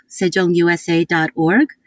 sejongusa.org